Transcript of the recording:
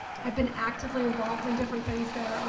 i've been actively involved in different things there,